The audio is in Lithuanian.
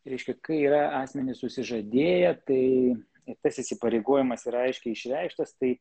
reiškia kai yra asmenys susižadėję tai ir tas įsipareigojimas yra aiškiai išreikštas tai